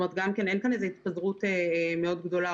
אין כאן התפזרות גדולה מאוד,